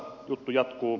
juttu jatkuu